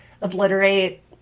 obliterate